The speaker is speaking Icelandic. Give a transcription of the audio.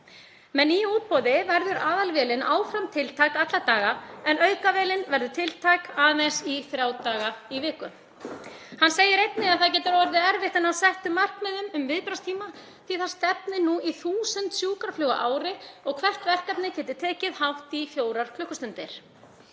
Með nýju útboði verði aðalvélin áfram tiltæk alla daga en aukavélin aðeins tiltæk í þrjá daga í viku. Hann segir einnig að það geti orðið erfitt að ná settum markmiðum um viðbragðstíma því það stefni nú í 1.000 sjúkraflug á ári og hvert verkefni geti tekið hátt í fjórar klukkustundir.